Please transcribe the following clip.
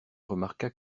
remarqua